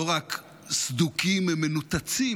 לא רק סדוקים, הם מנותצים,